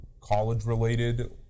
college-related